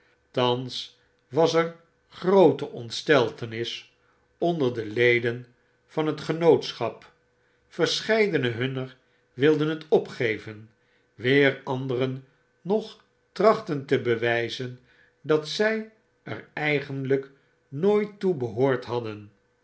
thans was er groote ontsteltenis onder de leden van het genootschap verscheidene hunner wilden het opgeven weer anderen nog trachtten te bewijzen dat zy er eigenlyk nooit toe behoord hadden